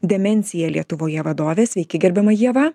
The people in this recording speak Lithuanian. demencija lietuvoje vadovė sveiki gerbiama ieva